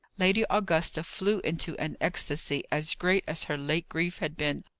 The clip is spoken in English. lady augusta flew into an ecstasy as great as her late grief had been.